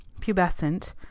pubescent